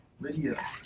Lydia